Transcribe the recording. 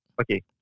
Okay